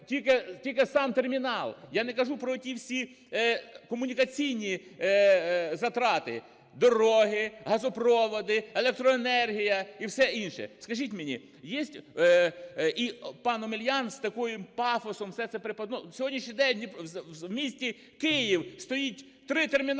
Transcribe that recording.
тільки сам термінал. Я не кажу про ті всі комунікаційні затрати: дороги, газопроводи, електроенергія і все інше. Скажіть мені, єсть… і пан Омелян з таким пафосом все це… На сьогоднішній день в місті Київ стоїть три термінали,